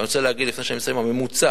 אני רוצה להגיד, לפני שאני מסיים, שהממוצע